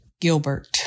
Gilbert